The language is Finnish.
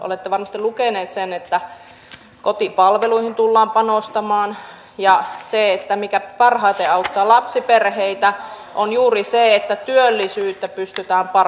olette varmasti lukeneet sen että kotipalveluihin tullaan panostamaan ja se mikä parhaiten auttaa lapsiperheitä on juuri se että työllisyyttä pystytään parantamaan